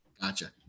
Gotcha